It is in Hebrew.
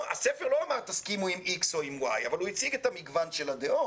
הספר לא אמר תסכימו עם X או עם Y. אבל הוא הציג את המגוון של הדעות.